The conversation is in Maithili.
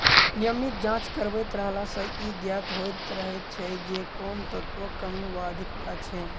नियमित जाँच करबैत रहला सॅ ई ज्ञात होइत रहैत छै जे कोन तत्वक कमी वा अधिकता छै